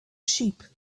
sheep